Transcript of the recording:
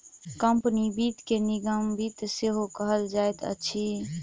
company वित्त के निगम वित्त सेहो कहल जाइत अछि